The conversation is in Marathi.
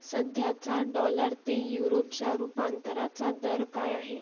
सध्याचा डॉलर ते युरोच्या रूपांतराचा दर काय आहे